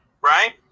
right